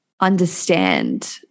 understand